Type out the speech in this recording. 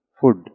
food